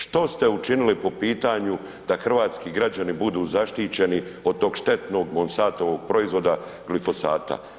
Što ste učinili po pitanju da hrvatski građani budu zaštićeni od tog štetnog Monsantovog proizvoda, glifosata?